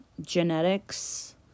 genetics